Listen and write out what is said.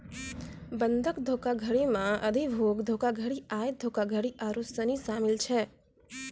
बंधक धोखाधड़ी मे अधिभोग धोखाधड़ी, आय धोखाधड़ी आरु सनी शामिल छै